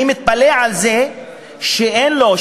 אני מתפלא על זה שאין לו,